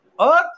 Earth